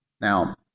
Now